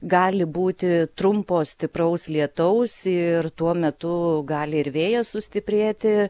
gali būti trumpo stipraus lietaus ir tuo metu gali ir vėjas sustiprėti